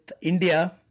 India